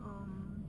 err